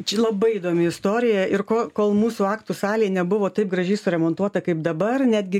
čia labai įdomi istorija ir ko kol mūsų aktų salėj nebuvo taip gražiai suremontuota kaip dabar netgi